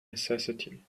necessity